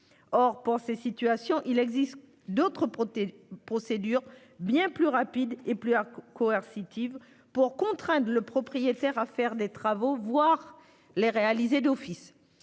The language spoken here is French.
Or, pour ces situations, il existe d'autres procédures, bien plus rapides et plus coercitives, pour contraindre le propriétaire à faire des travaux, voire les réaliser d'office.